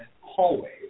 hallways